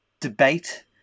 debate